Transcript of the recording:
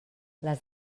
les